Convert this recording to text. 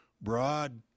broad